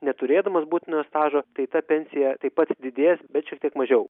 neturėdamas būtinojo stažo tai ta pensija taip pat didės bet šiek tiek mažiau